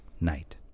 Night